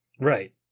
Right